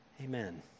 Amen